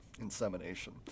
Insemination